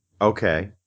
Okay